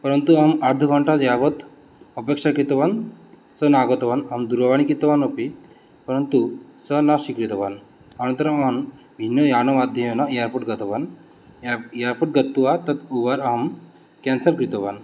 परन्तु अहम् अर्धघण्टां यावत् अपेक्षां कृतवान् सः नागतवान् अहं दूरवाणीं कृतवान् अपि परन्तु सः न स्वीकृतवान् अनन्तरम् अहं भिन्नयानमाध्येमेन एयर्पोर्ट् गतवान् एयर्पोर्ट् गत्वा तत् उबर् अहं केन्सल् कृतवान्